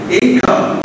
income